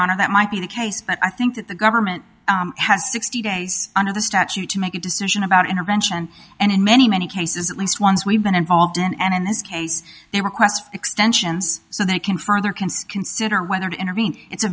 honor that might be the case but i think that the government has sixty days under the statute to make a decision about intervention and in many many cases at least ones we've been involved in and in this case they request extensions so they can further can consider whether to intervene it's a